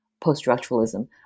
post-structuralism